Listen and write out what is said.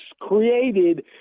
created